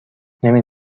نمی